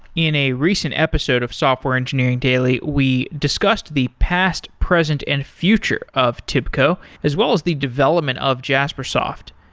in a recent episode of software engineering daily, we discussed the past, present and future of tibco as well as the development of jaspersoft.